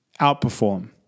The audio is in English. outperform